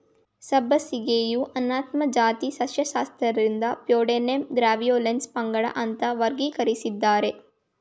ಸಬ್ಬಸಿಗೆಯು ಅನೇಥಮ್ನ ಜಾತಿ ಸಸ್ಯಶಾಸ್ತ್ರಜ್ಞರಿಂದ ಪ್ಯೂಸೇಡ್ಯಾನಮ್ ಗ್ರ್ಯಾವಿಯೋಲೆನ್ಸ್ ಪಂಗಡ ಅಂತ ವರ್ಗೀಕರಿಸಿದ್ದಾರೆ